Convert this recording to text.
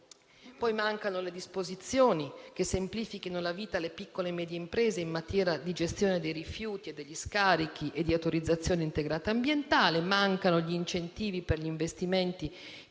Mancano poi le disposizioni che semplifichino la vita alle piccole e medie imprese in materia di gestione dei rifiuti e degli scarichi e di autorizzazione integrata ambientale. Mancano gli incentivi per gli investimenti